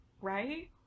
Right